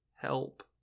help